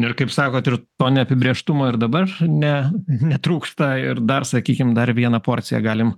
ir kaip sakot ir to neapibrėžtumo ir dabar ne netrūksta ir dar sakykim dar vieną porciją galim